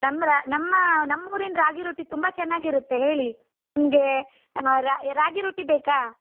ನಮ್ಮ ರಾ ನಮ್ಮ ನಮ್ಮೂರಿನ ರಾಗಿ ರೊಟ್ಟಿ ತುಂಬ ಚೆನ್ನಾಗಿರತ್ತೆ ಹೇಳಿ ನಿಮಗೆ ರಾ ರಾಗಿ ರೊಟ್ಟಿ ಬೇಕಾ